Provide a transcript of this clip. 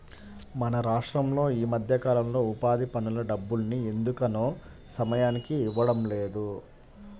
మన రాష్టంలో ఈ మధ్యకాలంలో ఉపాధి పనుల డబ్బుల్ని ఎందుకనో సమయానికి ఇవ్వడం లేదు